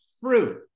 fruit